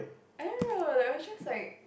I don't know like was just like